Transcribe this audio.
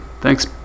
Thanks